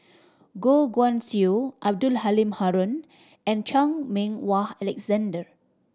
Goh Guan Siew Abdul Halim Haron and Chan Meng Wah Alexander